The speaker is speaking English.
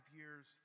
years